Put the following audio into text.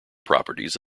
properties